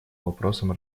вопросам